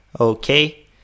Okay